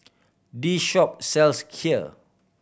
this shop sells Kheer